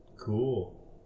Cool